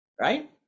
right